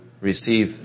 receive